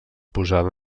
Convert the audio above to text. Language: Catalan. posada